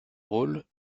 rôle